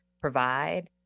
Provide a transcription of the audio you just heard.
provide